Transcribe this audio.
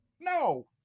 no